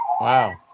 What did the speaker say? Wow